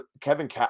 Kevin